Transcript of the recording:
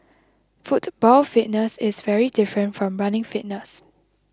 football fitness is very different from running fitness